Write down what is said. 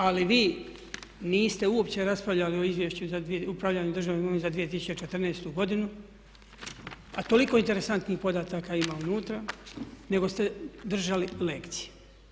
Ali vi niste uopće raspravljali o Izvješću o upravljanju državnom imovinom za 2014. godinu, a toliko interesantnih podataka ima unutra, nego ste držali lekcije.